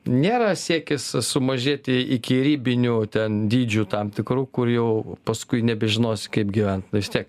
nėra siekis sumažėti iki ribinių ten dydžių tam tikrų kur jau paskui nebežinosi kaip gyvent nu vis tiek